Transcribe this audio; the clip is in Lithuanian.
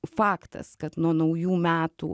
faktas kad nuo naujų metų